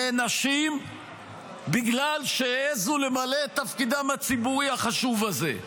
נענשים בגלל שהעזו למלא את תפקידם הציבורי החשוב הזה.